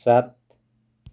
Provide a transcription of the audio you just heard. सात